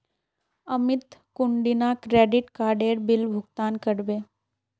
अमित कुंदिना क्रेडिट काडेर बिल भुगतान करबे